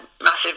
massive